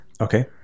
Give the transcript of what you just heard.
Okay